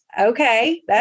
Okay